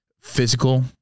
physical